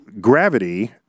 gravity